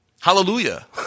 Hallelujah